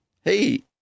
hey